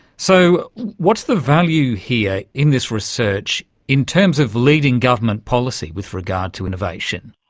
so what's the value here in this research in terms of leading government policy with regard to innovation?